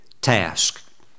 task